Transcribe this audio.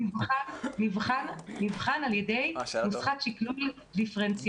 -- נבחן על ידי נוסחת שקלול דיפרנציאלית.